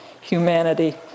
humanity